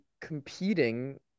competing